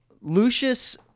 Lucius